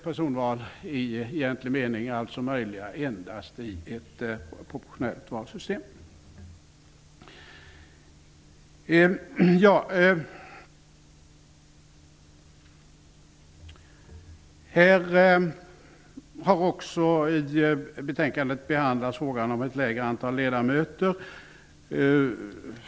Personval i egentlig mening är alltså möjliga endast i ett proportionellt valsystem. I betänkandet har också behandlats frågan om ett mindre antal ledamöter.